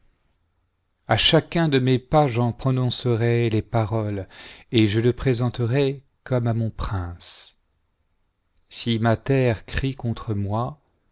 chacun de mes pas j'en prononcerai les paroles et je le présenterai comme à mon prince si ma terre crie contre moi